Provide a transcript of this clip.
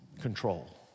control